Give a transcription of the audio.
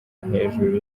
hejuru